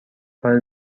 کار